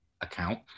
account